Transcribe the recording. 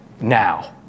now